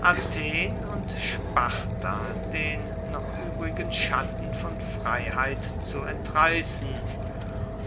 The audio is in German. athen und sparta den noch übrigen schatten von freiheit zu entreißen